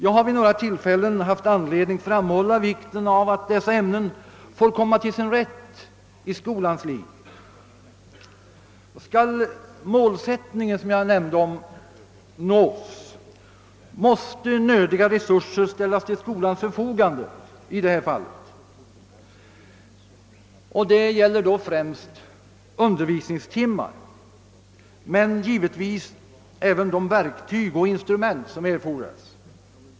Jag har vid några tillfällen haft anledning framhålla vikten av att dessa ämnen får komma till sin rätt i skolans liv. Skall den målsättning, som jag nämnde, nås måste nödiga resurser ställas till skolans förfogande i det här fallet. Det gäller då främst undervisningstimmar men givetvis även de verktyg och instrument som erfordras.